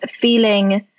feeling